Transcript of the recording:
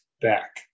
back